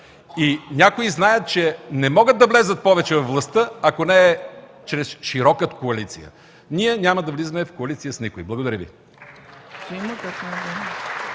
Някои знаят, че не могат да влязат повече във властта, ако не е чрез широка коалиция. Ние няма да влизаме в коалиция с никой. Благодаря Ви.